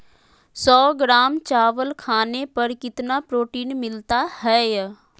सौ ग्राम चावल खाने पर कितना प्रोटीन मिलना हैय?